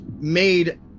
made